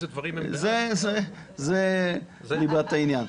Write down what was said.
זה ליבת העניין.